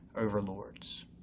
overlords